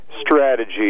strategy